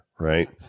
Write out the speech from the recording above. Right